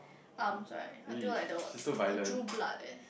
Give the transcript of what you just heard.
arms right until like the were it drew blood eh